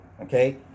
okay